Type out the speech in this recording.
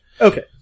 Okay